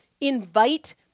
Invite